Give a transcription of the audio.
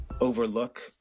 overlook